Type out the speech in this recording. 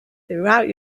throughout